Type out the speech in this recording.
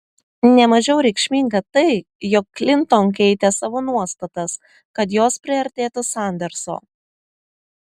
ne mažiau reikšminga tai jog klinton keitė savo nuostatas kad jos priartėtų sanderso